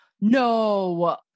no